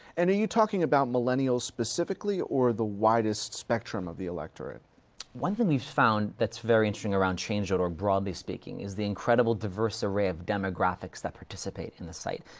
and are you talking about millennials specifically, or the widest spectrum of the electorate one thing we've found that's very interesting around change org, broadly speaking, is the incredible diverse array of demographics that participate in the site.